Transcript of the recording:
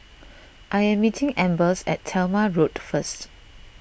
I am meeting Ambers at Talma Road first